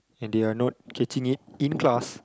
and they are not catching it in class